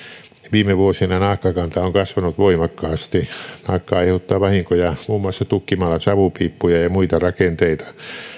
viime vuosina naakkakanta on kasvanut voimakkaasti naakka aiheuttaa vahinkoja muun muassa tukkimalla savupiippuja ja muita rakenteita